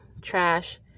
trash